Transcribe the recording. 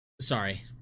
sorry